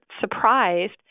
surprised